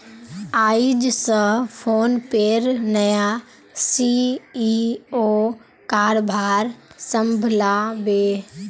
आइज स फोनपेर नया सी.ई.ओ कारभार संभला बे